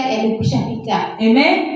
Amen